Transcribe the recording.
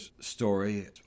story